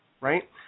Right